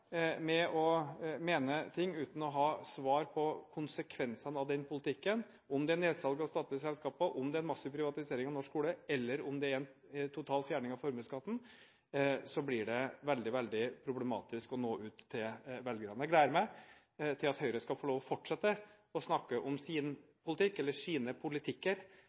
med å mene ting uten å ha svar på konsekvensene av den politikken – om det er nedsalg av statlige selskaper, om det er massiv privatisering av norsk skole eller det er totalt fjerning av formuesskatten – blir det veldig, veldig problematisk å nå ut til velgerne. Jeg gleder meg til at Høyre skal få lov til å fortsette å snakke om sin politikk eller sine politikker